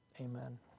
Amen